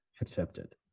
accepted